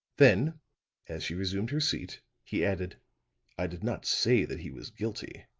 then as she resumed her seat, he added i did not say that he was guilty.